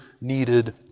needed